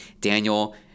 Daniel